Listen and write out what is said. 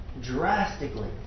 drastically